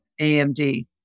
AMD